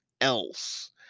else